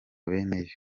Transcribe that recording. beneyo